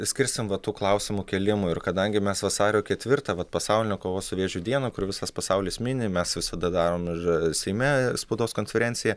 skirsim va tų klausimų kėlimui ir kadangi mes vasario ketvirtą vat pasaulinę kovos su vėžiu dieną kur visas pasaulis mini mes visada darom ir seime spaudos konferenciją